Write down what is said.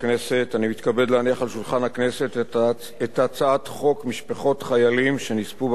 אני מתכבד להניח על שולחן הכנסת את הצעת חוק משפחות חיילים שנספו במערכה